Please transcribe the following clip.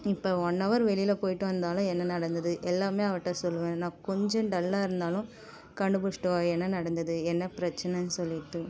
இப்போ ஒன்னவர் வெளியில் போய்ட்டு வந்தாலும் என்ன நடந்தது எல்லாமே அவள்கிட்ட சொல்லுவேன் நான் கொஞ்சம் டல்லாக இருந்தாலும் கண்டுபிடிச்சிடுவா என்ன நடந்தது என்ன பிரச்சனைன்னு சொல்லிட்டு